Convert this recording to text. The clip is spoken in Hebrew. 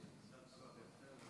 חבר הכנסת ביטון,